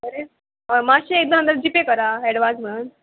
कळ्ळें मात्शें एकदां नाल्या जी पे करा एडवान्स म्हणोन